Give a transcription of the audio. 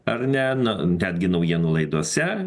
ar ne netgi naujienų laidose